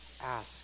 ask